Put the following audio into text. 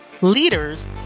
leaders